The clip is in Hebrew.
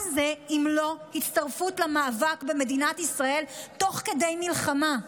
מה זה אם לא הצטרפות למאבק במדינת ישראל תוך כדי מלחמה?